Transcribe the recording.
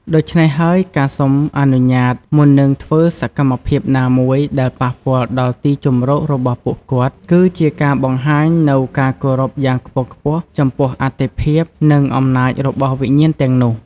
ដូច្នេះហើយ ការសុំអនុញ្ញាត មុននឹងធ្វើសកម្មភាពណាមួយដែលប៉ះពាល់ដល់ទីជម្រករបស់ពួកគាត់ គឺជាការបង្ហាញនូវការគោរពយ៉ាងខ្ពង់ខ្ពស់ចំពោះអត្ថិភាព និងអំណាចរបស់វិញ្ញាណទាំងនោះ។